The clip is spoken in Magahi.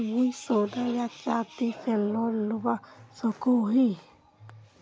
मुई सोना या चाँदी से लोन लुबा सकोहो ही?